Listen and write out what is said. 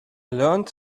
learned